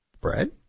bread